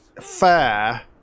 fair